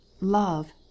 Love